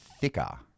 thicker